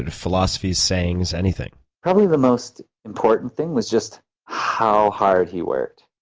and philosophies, sayings, anything? probably the most important thing was just how hard he worked.